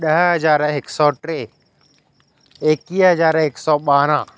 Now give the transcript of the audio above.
ॾह हज़ार हिकु सौ टे एकवीह हज़ार हिकु सौ ॿारहं